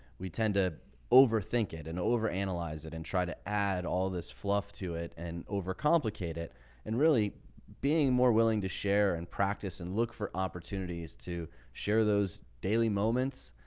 we tend to overthink it and over analyze it and try to add all this fluff to it and overcomplicate it and really being more willing to share and practice and look for opportunities to share those daily moments,